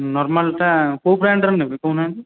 ନର୍ମାଲଟା କେଉଁ ବ୍ରାଣ୍ଡର ନେବେ କହୁନାହାଁନ୍ତି